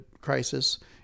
crisis